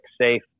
safe